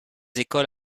écoles